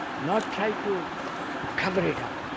not try to cover it up,